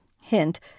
hint